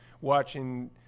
watching